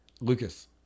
Lucas